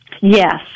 Yes